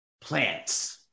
plants